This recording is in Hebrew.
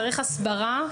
צריך הסברה.